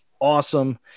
awesome